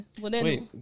Wait